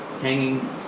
hanging